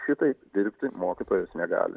šitaip dirbti mokytojas negali